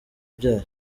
byayo